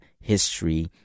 history